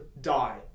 die